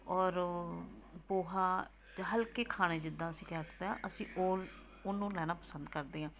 ਔਰ ਪੋਹਾ ਅਤੇ ਹਲਕੇ ਖਾਣੇ ਜਿੱਦਾਂ ਅਸੀਂ ਕਹਿ ਸਕਦੇ ਹਾਂ ਅਸੀਂ ਉਲ ਉਹਨੂੰ ਲੈਣਾ ਪਸੰਦ ਕਰਦੇ ਹਾਂ